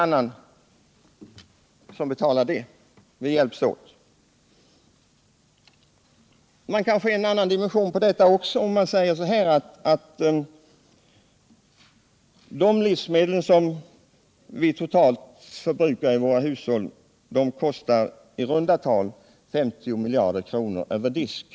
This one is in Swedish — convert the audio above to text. Man får en dimension på detta också om man betänker att de livsmedel som vi totalt förbrukar i våra hushåll kostar i runt tal 50 miljarder kronor över disk.